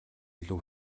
илүү